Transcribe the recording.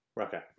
Okay